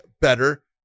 better